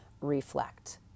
reflect